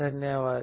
धन्यवाद